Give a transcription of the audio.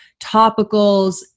topicals